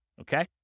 Okay